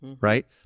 right